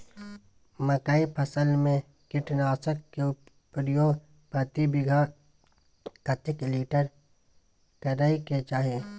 मकई फसल में कीटनासक के प्रयोग प्रति बीघा कतेक लीटर करय के चाही?